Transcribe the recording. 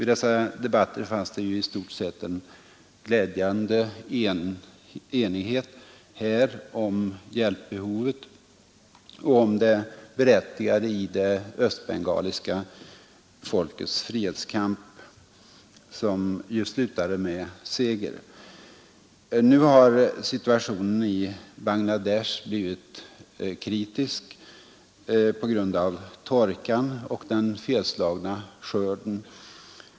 I dessa debatter rådde en glädjande enighet om hjälpbehovet och om det berättigade i det östbengaliska folkets frihetskamp som ju slutade med seger. Nu har situationen i Bangladesh blivit kritisk på grund av torkan och den felslagna skörden.